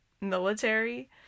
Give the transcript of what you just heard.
military